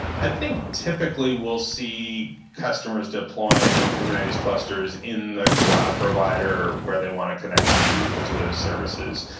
i think, typically, we'll see customers deploying kubernetes clusters in the cloud provider where they want to connect to to those services.